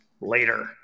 later